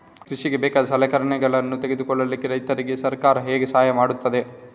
ಕೃಷಿಗೆ ಬೇಕಾದ ಸಲಕರಣೆಗಳನ್ನು ತೆಗೆದುಕೊಳ್ಳಿಕೆ ರೈತರಿಗೆ ಸರ್ಕಾರ ಹೇಗೆ ಸಹಾಯ ಮಾಡ್ತದೆ?